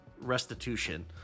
restitution